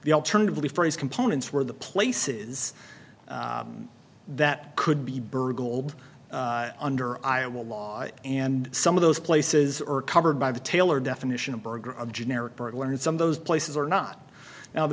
the alternatively phrase components were the places that could be burgled under iowa law and some of those places are covered by the taylor definition of burger a generic burglar in some of those places or not now the